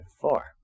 four